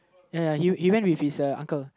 ya he he went with his uncle